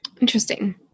Interesting